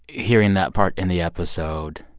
hearing that part in the episode,